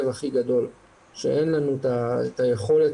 אין לנו בית חולים